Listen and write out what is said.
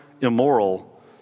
immoral